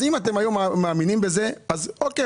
אז אם אתם היום מאמינים בזה, אז אוקיי.